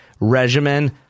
regimen